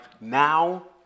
now